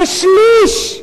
ששליש,